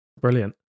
Brilliant